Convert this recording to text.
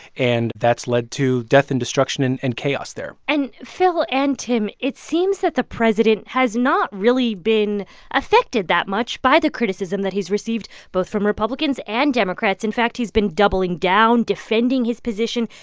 and that's led to death and destruction and chaos there and phil and tim, it seems that the president has not really been affected that much by the criticism that he's received both from republicans and democrats. in fact, he's been doubling down, defending his position,